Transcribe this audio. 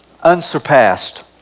unsurpassed